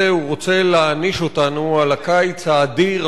הוא רוצה להעניש אותנו על הקיץ האדיר,